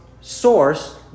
source